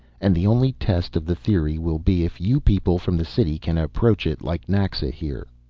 and the only test of the theory will be if you people from the city can approach it like naxa here.